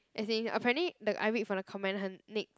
as in apparently the I read from the comment her next